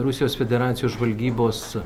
rusijos federacijos žvalgybos